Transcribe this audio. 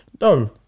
No